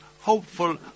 hopeful